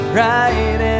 right